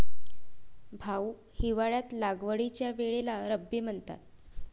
भाऊ, हिवाळ्यात लागवडीच्या वेळेला रब्बी म्हणतात